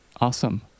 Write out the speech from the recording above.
Awesome